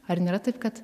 ar nėra taip kad